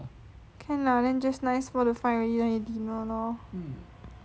can lah then just nice four to five already then we dinner lor